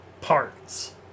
parts